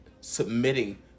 submitting